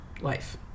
life